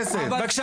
ממה